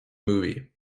movie